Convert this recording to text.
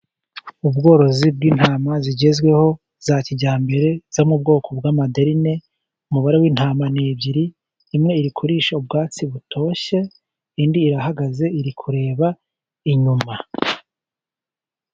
Ubworozi bw'intama zigezweho za kijyambere zo mu bwoko bw'amaderine, umubare w'intama ni ebyiri, imwe iri kurisha ubwatsi butoshye, indi irahagaze iri kureba inyuma.